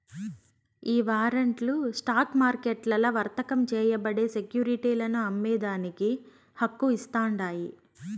ఈ వారంట్లు స్టాక్ మార్కెట్లల్ల వర్తకం చేయబడే సెక్యురిటీలను అమ్మేదానికి హక్కు ఇస్తాండాయి